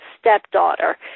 stepdaughter